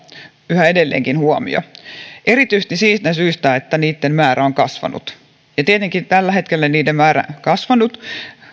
yhä edelleenkin erityisesti siitä syystä että niitten määrä on kasvanut tietenkin tällä hetkellä niiden määrä on kasvanut